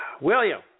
William